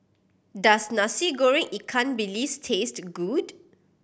does Nasi Goreng ikan bilis taste good